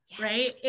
Right